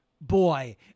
boy